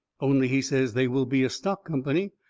only, he says, they will be a stock company,